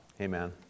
Amen